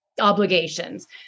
obligations